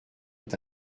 est